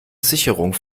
sicherung